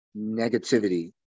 negativity